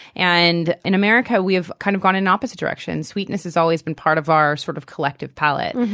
and in america we have kind of gone in opposite directions. sweetness has always been part of our sort of collective palette.